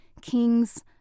Kings